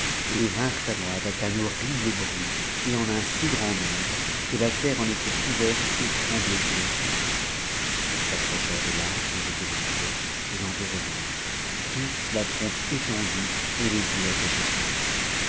vinrent à moi avec un horrible bruit et en si grand nombre que la terre en était couverte et tremblait sous leurs pas ils s'approchèrent de l'arbre où j'étais monté et t'environnèrent tous la trompe étendue et les yeux attachés sur moi